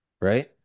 Right